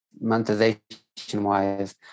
monetization-wise